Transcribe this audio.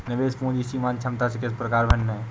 निवेश पूंजी सीमांत क्षमता से किस प्रकार भिन्न है?